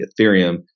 Ethereum